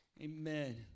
Amen